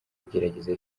igerageza